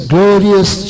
Glorious